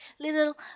little